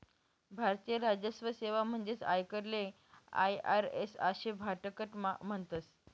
भारतीय राजस्व सेवा म्हणजेच आयकरले आय.आर.एस आशे शाटकटमा म्हणतस